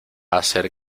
hacer